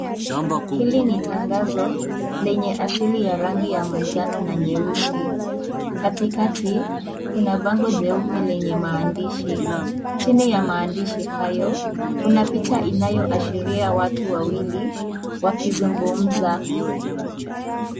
Hili ni tangazo, lenye asili ya rangi ya manjano na nyeusi. Katikati, kuna bango jeupe lenye maandishi. Chini ya maandishi hayo, kuna picha inayoashiria watu wawili wakizungumza.